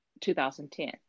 2010